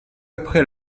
après